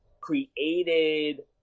created